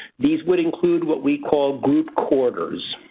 these would include what we call group quarters.